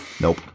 Nope